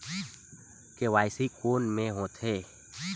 KYC कोन में होथे?